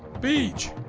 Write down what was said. Beach